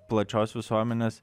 plačios visuomenės